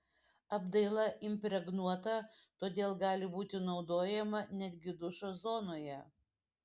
apdaila impregnuota todėl gali būti naudojama netgi dušo zonoje